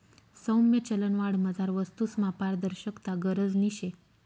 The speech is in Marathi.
सौम्य चलनवाढमझार वस्तूसमा पारदर्शकता गरजनी शे